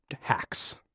hacks